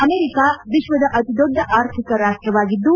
America ವಿಶ್ವದ ಅತಿ ದೊಡ್ಡ ಆರ್ಥಿಕ ರಾಷ್ಟವಾಗಿದ್ದು